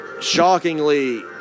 shockingly